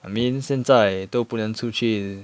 I mean 现在都不能出去